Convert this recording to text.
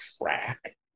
track